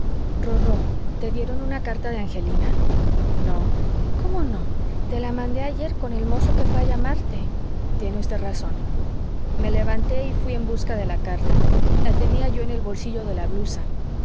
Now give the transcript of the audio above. rorró te dieron una carta de angelina no cómo no te la mandé ayer con el mozo que fué a llamarte tiene usted razón me levanté y fui en busca de la carta la tenía yo en el bolsillo de la blusa